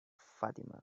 fatima